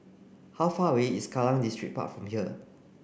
how far away is Kallang Distripark from here